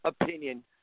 opinion